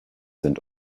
sind